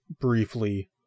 briefly